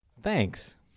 Thanks